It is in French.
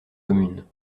commune